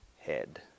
head